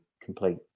complete